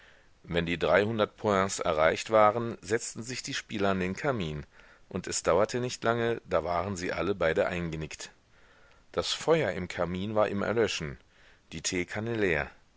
wenn die dreihundert points erreicht waren setzten sich die spieler an den kamin und es dauerte nicht lange da waren sie alle beide eingenickt das feuer im kamin war im erlöschen die teekanne leer